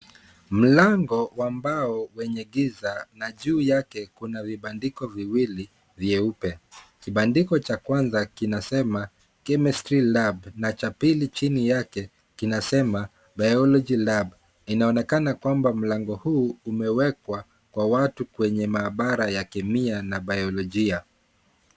Mlango wa mbao wenye giza na juu yake kuna vibandiko viwili vyeupe. Kibandiko cha kwanza kinasema CHEMISTRY LAB na cha pili chini yake kinasema BIOLOGY LAB . Inaonekana kwamba mlango huu umewekwa kwa watu kwenye maabara ya Kemia na Biolojia.